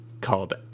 called